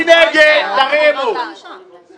ירים את ידו.